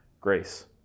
grace